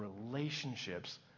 relationships